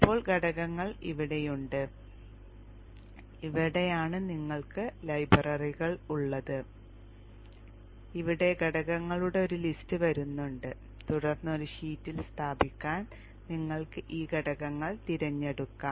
ഇപ്പോൾ ഘടകങ്ങൾ ഇവിടെയുണ്ട് ഇവിടെയാണ് നിങ്ങൾക്ക് ലൈബ്രറികൾ ഉള്ളത് ഇവിടെ ഘടകങ്ങളുടെ ഒരു ലിസ്റ്റ് വരുന്നുണ്ട് തുടർന്ന് ഒരു ഷീറ്റിൽ സ്ഥാപിക്കാൻ നിങ്ങൾക്ക് ഈ ഘടകങ്ങൾ തിരഞ്ഞെടുക്കാം